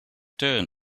turn